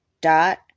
dot